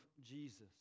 Jesus